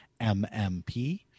MMP